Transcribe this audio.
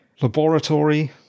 laboratory